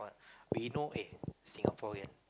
we know eh Singaporean